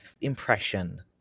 impression